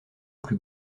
plus